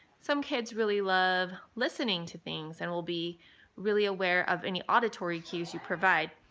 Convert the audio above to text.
some kids really love listening to things and will be really aware of any auditory cues you provide.